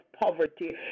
poverty